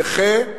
נכה,